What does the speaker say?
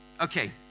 Okay